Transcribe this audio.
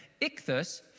Ichthus